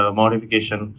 modification